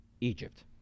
Egypt